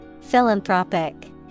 Philanthropic